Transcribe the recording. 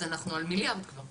אז אנחנו כבר במיליארד.